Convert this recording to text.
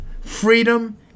freedom